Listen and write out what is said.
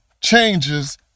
changes